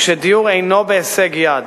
כשדיור אינו בהישג יד,